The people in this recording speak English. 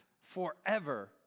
forever